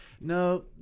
No